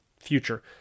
future